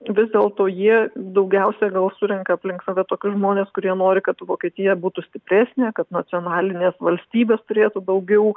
vis dėlto jie daugiausiai gal surenka aplink save tokius žmones kurie nori kad vokietija būtų stipresnė kad nacionalinės valstybės turėtų daugiau